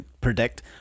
predict